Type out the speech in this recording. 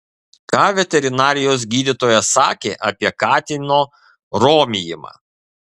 ką veterinarijos gydytojas sakė apie katino romijimą